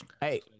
Hey